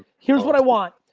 here's what i want,